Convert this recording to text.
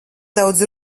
daudz